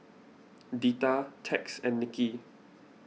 Deetta Tex and Nicky